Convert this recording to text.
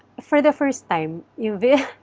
for the first time. you know